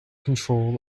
control